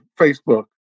Facebook